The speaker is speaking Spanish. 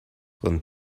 con